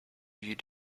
you